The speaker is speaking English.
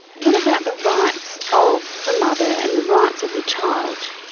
what about the rights of the mother and the rights of the child?